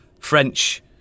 French